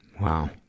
Wow